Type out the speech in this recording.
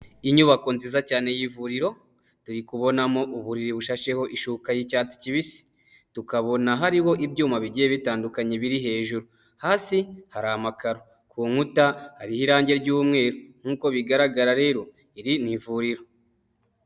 Inyubako nziza cyane y'ivuriro turi kubonamo uburiri bushasheho ishuka y'icyatsi kibisi, tukabona hariho ibyuma bigiye bitandukanye biri hejuru, hasi hari amakaro ku nkuta hari irangi ry'umweru nk'uko bigaragara rero iri ni ivuriro.